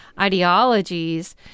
ideologies